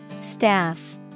Staff